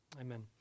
Amen